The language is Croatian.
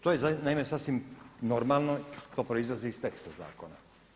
To je naime sasvim normalno, to proizlazi iz teksta zakona.